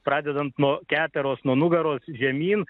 pradedant nuo keteros nuo nugaros žemyn